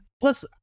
Plus